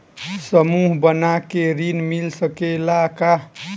समूह बना के ऋण मिल सकेला का?